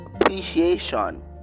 appreciation